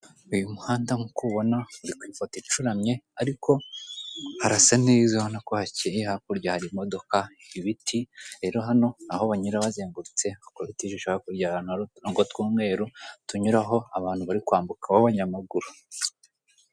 Uyu muhanda nk'uko ubona ku ifoto icuramye ariko harasa neza ubona ko hakeye, hakurya hari imodoka ibiti rero hano aho banyura bazengurutse kuko ukubita ijisho hakurya ahantu hari utoronko tw'umweru tunyuraho abantu bari kwambuka b'abanyamaguru.